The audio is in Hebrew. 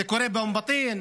זה קורה באום בטין,